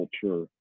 culture